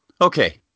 Okay